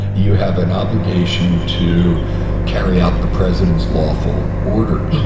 you have an obligation to carry out the president's lawful order.